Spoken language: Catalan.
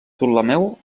ptolemeu